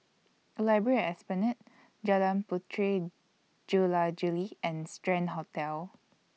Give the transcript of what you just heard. Library At Esplanade Jalan Puteri Jula Juli and Strand Hotel